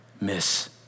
miss